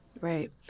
Right